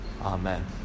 Amen